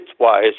widthwise